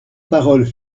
paroles